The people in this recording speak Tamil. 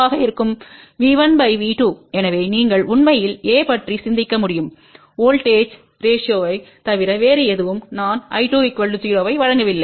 V1V2 எனவே நீங்கள் உண்மையில் A பற்றி சிந்திக்க முடியும் வோல்ட்டேஜ் ரேஸியோத்தைத் தவிர வேறு எதுவும் நான் I2 0 ஐவழங்கவில்லை